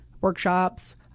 workshops